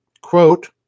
Quote